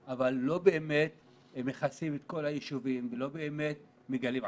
אבל לא באמת מכסים את כל היישובים ולא באמת מגלים.